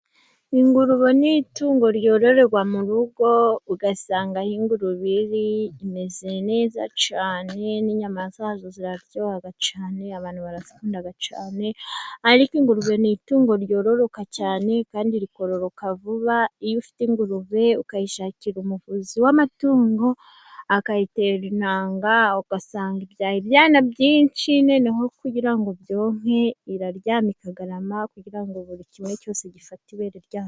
Ingurube n'itungo ryororerwa mu rugo ugasanga aho ingurube iri imeze neza cyane, n'inyama zazo ziraryoha cyane abantu barayikunda cyane ariko ingurube ni itungo ryororoka cyane kandi rikororoka vuba, iyo ufite ingurube ukayishakira umuvuzi w'amatungo akayitera intanga ugasanga yabyaye ibibwana byinshi, noneho kugira ngo byonke iraryama ikagarama kugira ngo buri kimwe cyose gifata ibere ryayo.